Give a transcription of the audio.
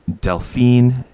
Delphine